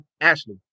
Ashley